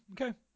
Okay